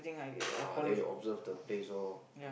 uh then you observe the place lor